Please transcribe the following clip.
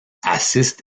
assiste